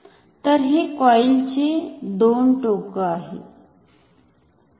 तर हे कॉईल चे दोन टोकं आहेत